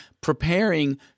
preparing